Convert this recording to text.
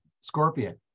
Scorpion